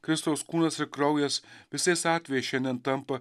kristaus kūnas ir kraujas visais atvejais šiandien tampa